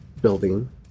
building